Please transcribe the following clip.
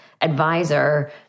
advisor